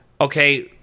okay